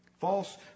False